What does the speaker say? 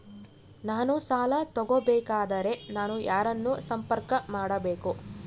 ನಾನು ಸಾಲ ತಗೋಬೇಕಾದರೆ ನಾನು ಯಾರನ್ನು ಸಂಪರ್ಕ ಮಾಡಬೇಕು?